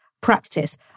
practice